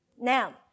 Now